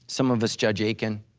some of us judge achan.